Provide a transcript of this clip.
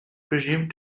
presumed